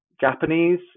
Japanese